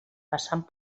passant